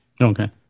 Okay